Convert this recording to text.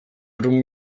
room